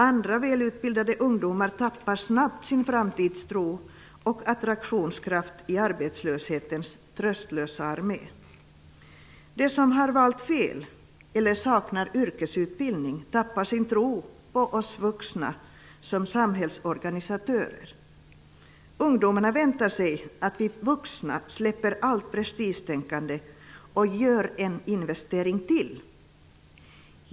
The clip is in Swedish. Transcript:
Andra välutbildade ungdomar tappar snabbt sin framtidstro och attraktionskraft i arbetslöshetens tröstlösa armé. De som har valt fel eller saknar yrkesutbildning tappar sin tro på oss vuxna som samhällsorganisatörer. Ungdomarna väntar sig att vi vuxna släpper allt prestigetänkande och gör en investering till.